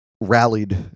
rallied